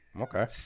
Okay